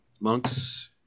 Monks